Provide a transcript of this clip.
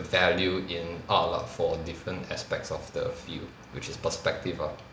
value in art lah for different aspects of the field which is perspective ah